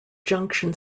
junction